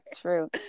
True